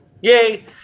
Yay